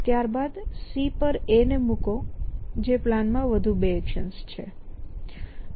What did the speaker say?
ત્યારબાદ C પર A ને મુકો જે પ્લાન માં 2 વધુ એક્શન્સ છે